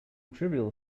trivial